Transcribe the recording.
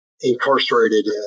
incarcerated